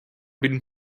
been